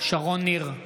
שרון ניר,